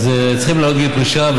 צריכים להעלות את גיל הפרישה.